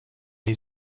new